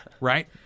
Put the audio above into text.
Right